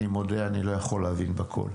אני מודה, אני לא יכול להבין בכול.